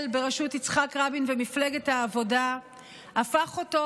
בראשות יצחק רבין ומפלגת העבודה הפך אותו,